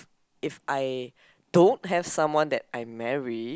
if I don't have someone that I marry